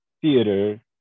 theater